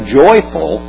joyful